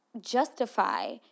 justify